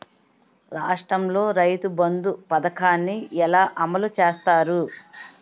రాష్ట్రంలో రైతుబంధు పథకాన్ని ఎలా అమలు చేస్తారు?